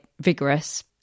vigorous